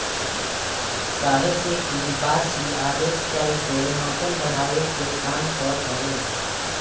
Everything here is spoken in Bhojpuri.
काहे से की बाछी आगे चल के नसल बढ़ावे के काम करत हवे